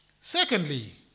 Secondly